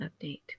update